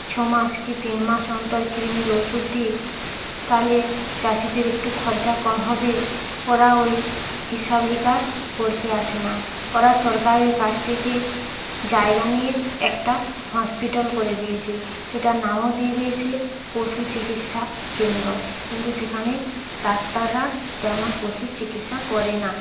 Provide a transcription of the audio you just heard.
ছ মাস কি তিন মাস অন্তর কৃমির ওষুধ দিই তাহলে চাষীদের একটু খরচা কম হবে ওরা ওই হিসাবনিকাশ করতে আসে না ওরা সরকারের কাছ থেকে জায়গা নিয়ে একটা হসপিটাল করে দিয়েছে সেটা নামও দিয়ে দিয়েছে পশু চিকিৎসা কেন্দ্র কিন্তু সেখানে ডাক্তাররা তেমন পশুর চিকিৎসা করে না